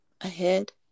ahead